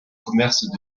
commerce